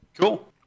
Cool